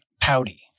pouty